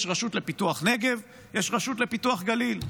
יש רשות לפיתוח הנגב, יש רשות לפיתוח נגליל.